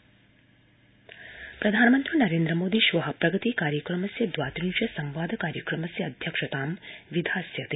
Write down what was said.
प्रधानमन्त्री प्रगति प्रधानमन्त्री नरेन्द्रमोदी श्व प्रगति कार्यक्रमस्य द दवात्रिंशे संवाद कार्यक्रमस्य अध्यक्षतां विधास्यति